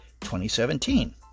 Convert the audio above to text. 2017